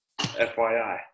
fyi